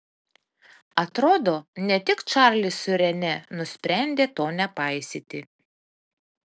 atrodo ne tik čarlis su rene nusprendė to nepaisyti